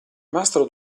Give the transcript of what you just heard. mastro